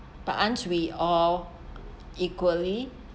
but aren't we all equally